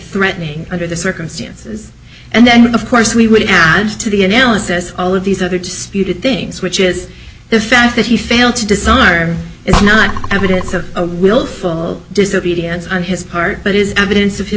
threatening under the circumstances and then of course we would add to the analysis all of these other to speed things which is the fact that he failed to disarm is not evidence of willful disobedience on his part but is evidence of his